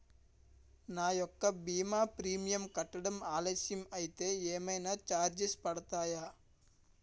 నా యెక్క భీమా ప్రీమియం కట్టడం ఆలస్యం అయితే ఏమైనా చార్జెస్ పడతాయా?